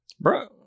Bro